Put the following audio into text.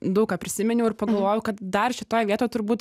daug ką prisiminiau ir pagalvojau kad dar šitoj vietoj turbūt